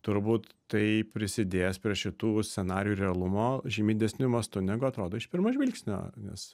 turbūt tai prisidės prie šitų scenarijų realumo žymiai didesniu mastu negu atrodo iš pirmo žvilgsnio nes